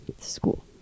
School